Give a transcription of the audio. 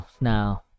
now